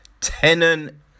Tenon